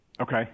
Okay